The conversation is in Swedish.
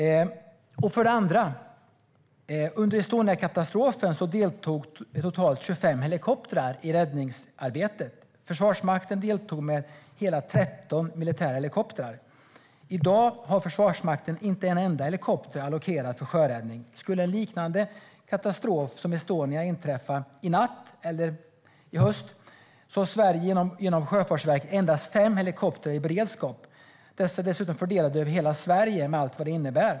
För det andra: Under Estoniakatastrofen deltog totalt 25 helikoptrar i räddningsarbetet. Försvarsmakten deltog med hela 13 militära helikoptrar. I dag har Försvarsmakten inte en enda helikopter allokerad för sjöräddning. Skulle en liknande katastrof som Estonia inträffa i natt eller i höst har Sverige genom Sjöfartsverket endast fem helikoptrar i beredskap. Dessa är dessutom fördelade över hela Sverige, med allt vad det innebär.